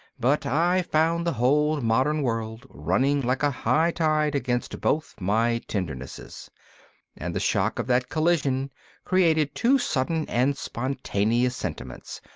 but i found the whole modern world running like a high tide against both my tendernesses and the shock of that collision created two sudden and spontaneous sentiments,